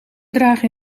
dragen